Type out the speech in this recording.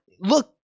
Look